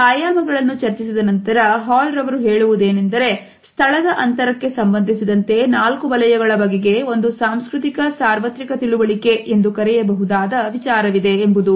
ಈ ಆಯಾಮಗಳನ್ನು ಚರ್ಚಿಸಿದ ನಂತರ ಹಾಲ್ ರವರು ಹೇಳುವುದೇನೆಂದರೆ ಸ್ಥಳದ ಅಂತರಕ್ಕೆ ಸಂಬಂಧಿಸಿದಂತೆ ನಾಲ್ಕು ವಲಯಗಳ ಬಗೆಗೆ ಒಂದು ಸಾಂಸ್ಕೃತಿಕ ಸಾರ್ವತ್ರಿಕ ತಿಳುವಳಿಕೆ ಎಂದು ಕರೆಯಬಹುದಾದ ವಿಚಾರವಿದೆ ಎಂಬುದು